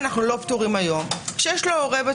בתמונה מצב שבו אנחנו לא פטורים היום וההורה